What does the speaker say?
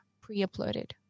pre-uploaded